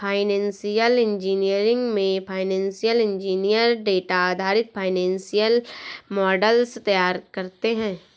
financial engineering में financial engineer data आधारित financial models तैयार करते है